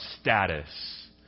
status